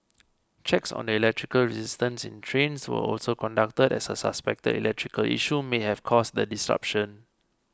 checks on the electrical resistance in trains were also conducted as a suspected electrical issue may have caused the disruption